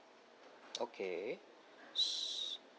okay s~